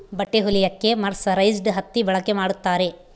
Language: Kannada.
ಬಟ್ಟೆ ಹೊಲಿಯಕ್ಕೆ ಮರ್ಸರೈಸ್ಡ್ ಹತ್ತಿ ಬಳಕೆ ಮಾಡುತ್ತಾರೆ